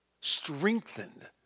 strengthened